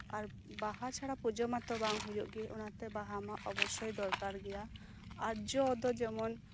ᱟᱨ ᱵᱟᱦᱟ ᱪᱷᱟᱲᱟ ᱯᱩᱡᱟᱹ ᱢᱟᱛᱚ ᱵᱟᱝ ᱦᱳᱭᱳᱜ ᱜᱮ ᱚᱱᱟᱛᱮ ᱵᱟᱦᱟ ᱢᱟ ᱚᱵᱳᱥᱥᱳᱭ ᱫᱚᱨᱠᱟᱨ ᱜᱮᱭᱟ ᱟᱨ ᱡᱚ ᱫᱚ ᱡᱮᱢᱚᱱ